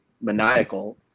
maniacal